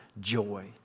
joy